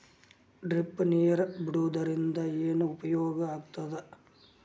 Drip ನೇರ್ ಬಿಡುವುದರಿಂದ ಏನು ಉಪಯೋಗ ಆಗ್ತದ?